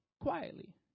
quietly